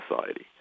society